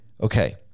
Okay